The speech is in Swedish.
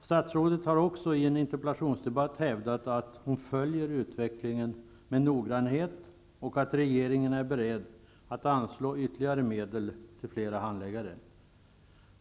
Statsrådet har också i en interpellationsdebatt hävdat att hon följer utvecklingen med noggrannhet och att regeringen är beredd att anslå ytterligare medel till flera handläggare.